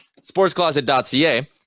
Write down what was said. sportscloset.ca